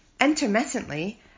intermittently